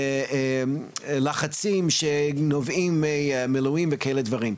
ולחצים שנובעים ממילואים וכאלה דברים.